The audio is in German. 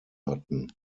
hatten